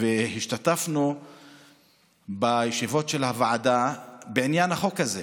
והשתתפנו בישיבות של הוועדה בעניין החוק הזה,